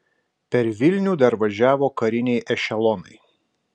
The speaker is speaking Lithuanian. per vilnių dar važiavo kariniai ešelonai